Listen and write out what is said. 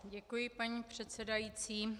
Děkuji, paní předsedající.